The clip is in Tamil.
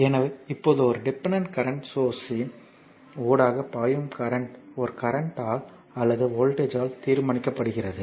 எனவே இப்போது ஒரு டிபெண்டன்ட் கரண்ட் சோர்ஸ்யின் ஊடாக பாயும் கரண்ட் ஒரு கரண்ட் ஆல் அல்லது வோல்டேஜ் ஆல் தீர்மானிக்கப்படுகிறது